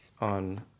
on